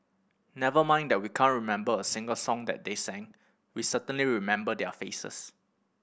never mind that we can't remember a single song that they sang we certainly remember their faces